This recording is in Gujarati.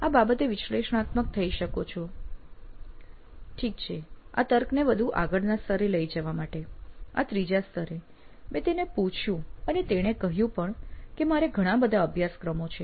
આપ આ બાબતે વિશ્લેષણાત્મક થઇ શકો છો ઠીક છે આ તર્કને વધુ આગળના સ્તરે લઇ જવા માટે આ ત્રીજા સ્તરે મેં તેને પૂછ્યું અને તેણે કહ્યું પણ કે મારે ઘણા બધા અભ્યાસક્રમો છે